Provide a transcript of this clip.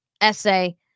essay